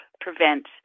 prevent